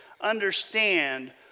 understand